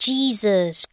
Jesus